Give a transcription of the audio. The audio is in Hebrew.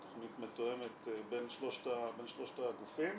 מתואמת בין שלושת הגופים